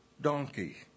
donkey